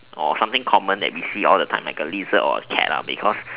or something common that we see all the time like a lizard or a cat lah because